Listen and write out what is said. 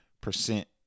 percent